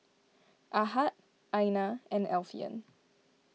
Ahad Aina and Alfian